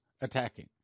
attacking